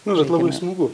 nu bet labai smagu